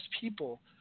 people